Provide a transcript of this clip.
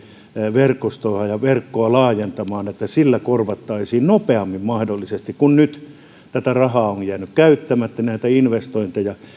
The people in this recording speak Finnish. verkostoa ja verkkoa laajentamaan eli sillä korvattaisiin mahdollisesti nopeammin kun nyt tätä rahaa on jäänyt käyttämättä ja näitä investointeja